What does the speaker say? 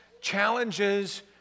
challenges